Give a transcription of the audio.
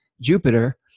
Jupiter